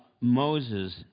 Moses